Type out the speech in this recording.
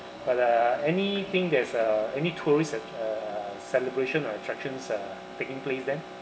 but uh anything that's uh any tourists and uh celebration or attractions uh taking place then